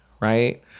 right